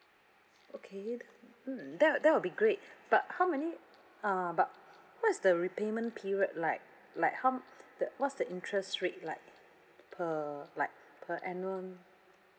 okay mm that that will be great but how many uh but what is the repayment period like like how the what's the interest rate like per like per annum